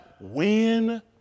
win